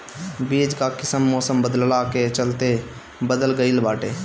बीज कअ किस्म मौसम बदलला के चलते बदल गइल बाटे